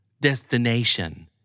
Destination